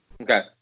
Okay